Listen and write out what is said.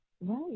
Right